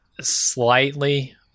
Slightly